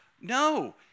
No